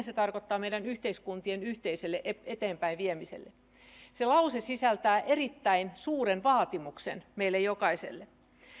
se tarkoittaa meidän yhteiskuntien yhteiselle eteenpäinviemiselle se lause sisältää erittäin suuren vaatimuksen meille jokaiselle